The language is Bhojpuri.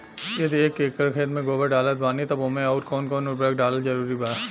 यदि एक एकर खेत मे गोबर डालत बानी तब ओमे आउर् कौन कौन उर्वरक डालल जरूरी बा?